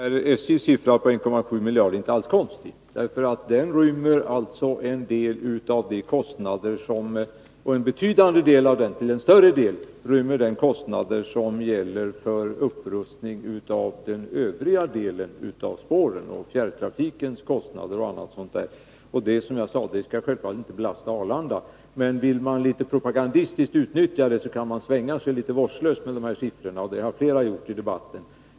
Fru talman! SJ:s siffra på 1,7 miljarder är inte alls konstig. Till största delen rymmer den kostnader för upprustningen av de övriga avsnitten av spåren, fjärrtrafikens kostnader och annat. Som jag sade skall detta självfallet inte belasta Arlanda. Men vill man litet propagandistiskt utnyttja denna siffra, kan man — som flera har gjort i debatten — litet vårdslöst svänga sig med den.